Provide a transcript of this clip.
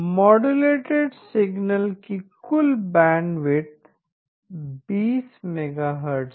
modulated signal की कुल bandwidth 20 megahertz है